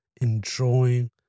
Enjoying